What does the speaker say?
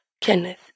Kenneth